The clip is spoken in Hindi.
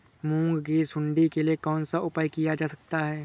मूंग की सुंडी के लिए कौन सा उपाय किया जा सकता है?